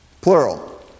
plural